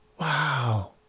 wow